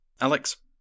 Alex